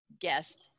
guest